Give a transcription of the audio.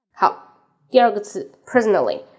好,第二个词,personally